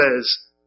says